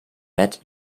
met